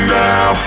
now